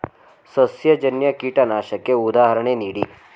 ಸಸ್ಯಜನ್ಯ ಕೀಟನಾಶಕಕ್ಕೆ ಉದಾಹರಣೆ ನೀಡಿ?